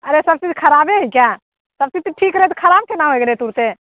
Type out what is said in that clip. अरे सब चीज खराबे है क्या सब चीज तऽ ठीक रहै तऽ खराब केना होए गेलै तुरते